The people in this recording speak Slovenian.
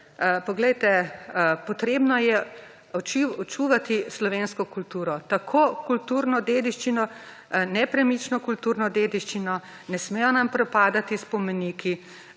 potrebno je čuvati slovensko kulturo tako kulturno dediščino, nepremično kulturno dediščino, ne smejo nam propadati spomeniki,